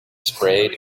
sprayed